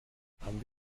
haben